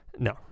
No